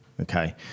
Okay